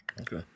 okay